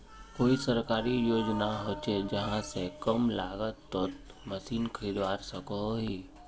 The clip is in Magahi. कोई सरकारी योजना होचे जहा से कम लागत तोत मशीन खरीदवार सकोहो ही?